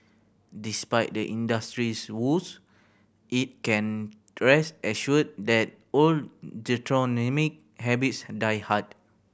despite the industry's woes it can rest assured that old habits die hard